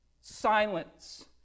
Silence